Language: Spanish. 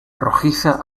rojiza